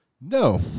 no